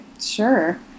sure